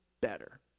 better